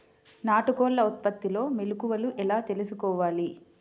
నాటుకోళ్ల ఉత్పత్తిలో మెలుకువలు ఎలా తెలుసుకోవాలి?